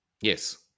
Yes